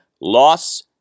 loss